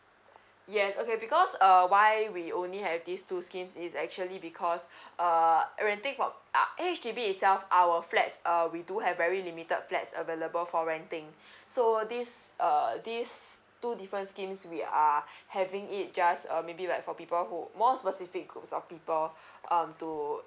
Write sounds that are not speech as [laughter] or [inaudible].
yes okay because err why we only have this two schemes is actually because uh renting from H_D_B itself our flats uh we do have very limited flats available for renting [breath] so this err these two different schemes we are having it just uh maybe like for people who more specific groups of people um to